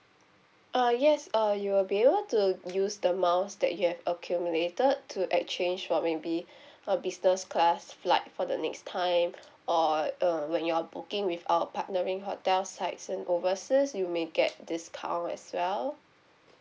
uh yes uh you will be able to use the miles that you have accumulated to exchange for maybe a business class flight for the next time or um when you're booking with our partnering hotel sites in overseas you may get discount as well